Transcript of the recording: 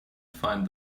find